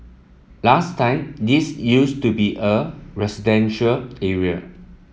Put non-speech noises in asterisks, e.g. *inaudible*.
last time this used to be a residential *unintelligible*